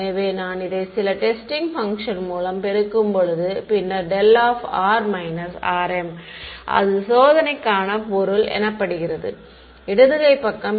எனவே நான் இதை சில டெஸ்டிங் பங்க்ஷன் மூலம் பெருக்கும் போது பின்னர் அது சோதனைக்கான பொருள் எனப்படுகிறது இடது கை பக்கம்